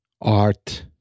art